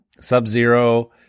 Sub-Zero